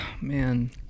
Man